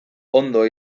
ondo